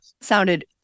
sounded